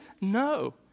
No